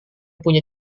punya